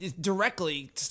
directly